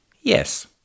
Yes